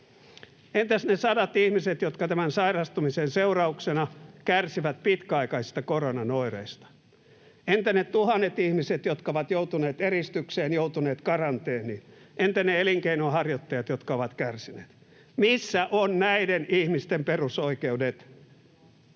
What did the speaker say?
Entä ne sadat ihmiset, jotka tämän sairastumisen seurauksena kärsivät pitkäaikaisista koronan oireista? Entä ne tuhannet ihmiset, jotka ovat joutuneet eristykseen, joutuneet karanteeniin? Entä ne elinkeinonharjoittajat, jotka ovat kärsineet? Missä ovat näiden ihmisten perusoikeudet?